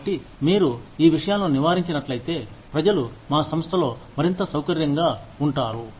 కాబట్టి మీరు ఈ విషయాలను నివారించినట్లయితే ప్రజలు మా సంస్థలో మరింత సౌకర్యంగా ఉంటారు